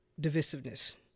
divisiveness